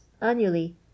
Annually